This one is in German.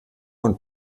und